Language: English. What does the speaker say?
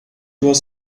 was